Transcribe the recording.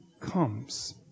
comes